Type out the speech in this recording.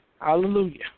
hallelujah